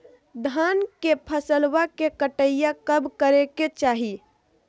धान के फसलवा के कटाईया कब करे के चाही?